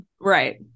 Right